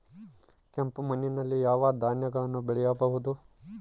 ಕೆಂಪು ಮಣ್ಣಲ್ಲಿ ಯಾವ ಧಾನ್ಯಗಳನ್ನು ಬೆಳೆಯಬಹುದು?